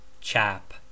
chap